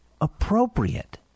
appropriate